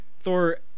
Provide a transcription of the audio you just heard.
Thor